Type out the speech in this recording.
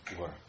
work